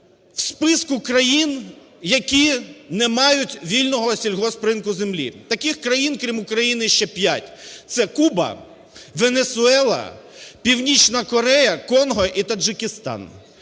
у списку країн, які не мають вільного сільгоспринку землі. Таких країн, крім України, ще 5: це Куба, Венесуела, Північна Корея, Конго і Таджикистан.